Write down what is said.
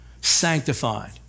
sanctified